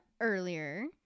earlier